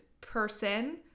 person